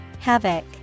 Havoc